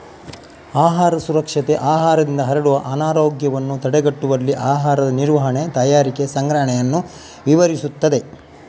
ಆಹಾರ ಸುರಕ್ಷತೆ ಆಹಾರದಿಂದ ಹರಡುವ ಅನಾರೋಗ್ಯವನ್ನು ತಡೆಗಟ್ಟುವಲ್ಲಿ ಆಹಾರದ ನಿರ್ವಹಣೆ, ತಯಾರಿಕೆ, ಸಂಗ್ರಹಣೆಯನ್ನು ವಿವರಿಸುತ್ತದೆ